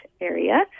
area